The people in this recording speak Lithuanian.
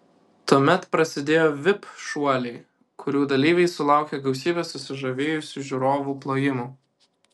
tuomet prasidėjo vip šuoliai kurių dalyviai sulaukė gausybės susižavėjusių žiūrovų plojimų